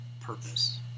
purpose